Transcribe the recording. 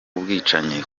ubwicanyi